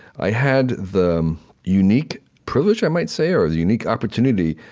i had the unique privilege, i might say, or the unique opportunity,